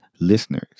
listeners